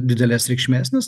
didelės reikšmės nes